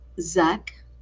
Zach